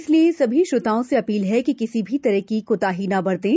इसलिए सभी श्रोताओं से अपील है कि किसी भी तरह की कोताही न बरतें